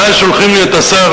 ואז שולחים לי את השר,